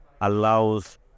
allows